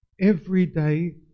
everyday